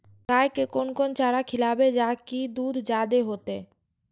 गाय के कोन कोन चारा खिलाबे जा की दूध जादे होते?